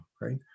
Right